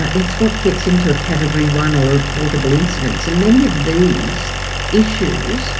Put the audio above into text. ah it's what gets into a category one or reportable incidents. and many of these issues,